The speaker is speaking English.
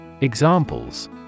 Examples